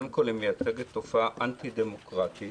קודם כול היא מייצגת תופעה אנטי-דמוקרטית,